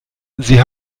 sie